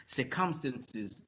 circumstances